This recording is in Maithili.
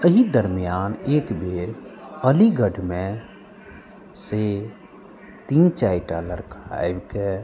एहि दरमयान एक बेर अलीगढ़मेसँ तीन चारि टा लड़का आबिकऽ